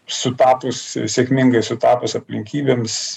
sutapus sėkmingai sutapus aplinkybėms